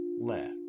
left